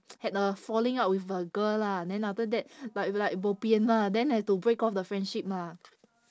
had a falling out with a girl lah then after that like we like bo pian ah then had to break off the friendship ah